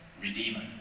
redeemer